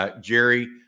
Jerry